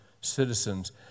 citizens